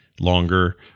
longer